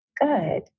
Good